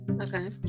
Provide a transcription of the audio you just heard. Okay